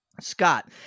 Scott